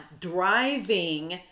driving